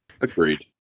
agreed